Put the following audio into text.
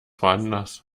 woanders